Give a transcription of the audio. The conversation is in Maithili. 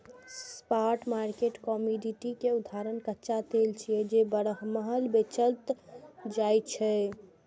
स्पॉट मार्केट कमोडिटी के उदाहरण कच्चा तेल छियै, जे बरमहल बेचल जाइ छै